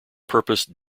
purpose